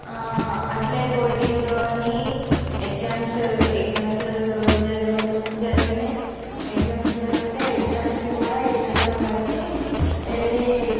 అట్లే పోటీతోనీ exams exams జరిగినాయి ఎగ్జామ్స్ జరిగితే ఎగ్జామ్స్కి కూడా ఇద్దరం కలిసి వెళ్ళి